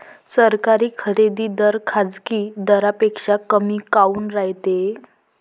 सरकारी खरेदी दर खाजगी दरापेक्षा कमी काऊन रायते?